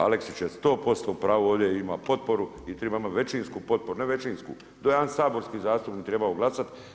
Aleksić je 100% u pravu ovdje ima potporu i triba imati većinsku potporu, ne većinsku do i jedan saborski zastupnik bi trebao glasat.